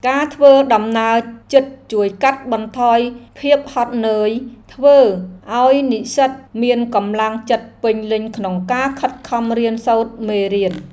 ការធ្វើដំណើរជិតជួយកាត់បន្ថយភាពហត់នឿយ ធ្វើឱ្យនិស្សិតមានកម្លាំងចិត្តពេញលេញក្នុងការខិតខំរៀនសូត្រមេរៀន។